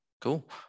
Cool